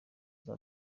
izi